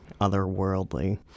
otherworldly